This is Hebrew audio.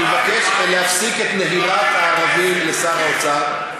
אני מבקש להפסיק את נהירת הערבים לשר האוצר.